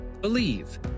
believe